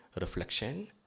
reflection